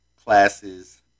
classes